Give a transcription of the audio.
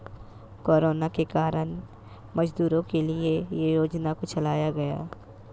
corona के कारण मजदूरों के लिए ये योजना को चलाया गया